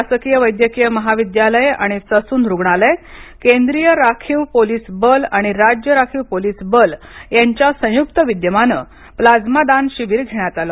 शासकीय वैद्यकीय महाविद्यालय आणि ससून रुग्णालय केंद्रीय राखीव पोलीस बल आणि राज्य राखीव पोलीस बल यांच्या संयुक्त विद्यमाने प्लाझ्मा दान शिबीर घेण्यात आले